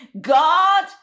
God